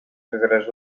cagaràs